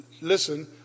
listen